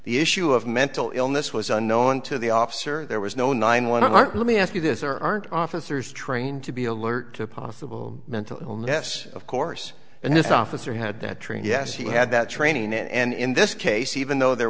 the issue of mental illness was unknown to the officer there was no nine one art let me ask you this there aren't officers trained to be alert to a possible mental illness of course and this officer had that trained yes he had that training and in this case even though there